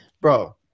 Bro